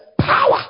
power